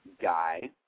guy